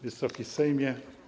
Wysoki Sejmie!